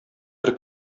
бер